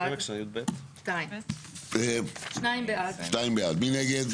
מי נגד?